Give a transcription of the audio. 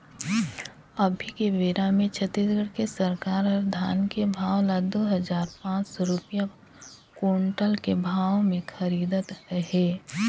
अभी के बेरा मे छत्तीसगढ़ के सरकार हर धान के भाव ल दू हजार पाँच सौ रूपिया कोंटल के भाव मे खरीदत हे